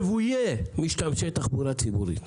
שהם רוויי משתמשי תחבורה ציבורית,